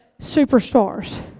superstars